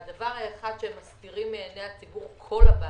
והדבר האחד שהם מסתירים מעיני הציבור, כל הבנקים,